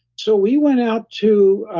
so, we went out to